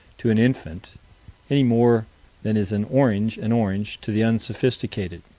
to an infant any more than is an orange an orange to the unsophisticated.